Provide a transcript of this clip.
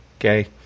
Okay